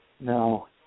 no